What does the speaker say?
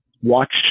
watch